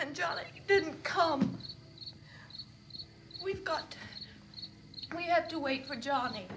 jolly didn't come we've got we have to wait for johnny